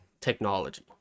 technology